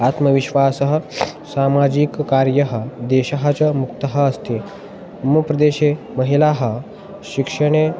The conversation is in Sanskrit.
आत्मविश्वासः सामाजिककार्यः देशः च मुक्तः अस्ति मम प्रदेशे महिलाः शिक्षणे